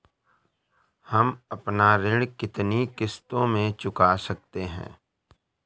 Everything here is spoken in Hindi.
हम अपना ऋण कितनी किश्तों में चुका सकते हैं?